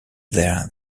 there